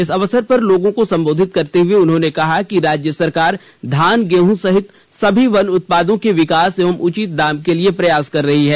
इस अवसर पर लोगों को सम्बोधित करते हुए उन्होंने कहा है कि राज्य सरकार धान गेहूं सहित सभी वन उत्पादों के विकास एवं उचित दाम के लिए प्रयास कर रही है